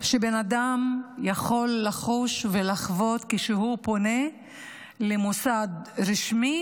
שבן אדם יכול לחוש ולחוות כשהוא פונה למוסד רשמי